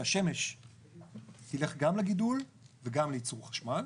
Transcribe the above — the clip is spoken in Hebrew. שהשמש תלך גם לגידול וגם לייצור חשמל.